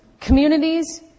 communities